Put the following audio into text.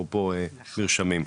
אפרופו מרשמים.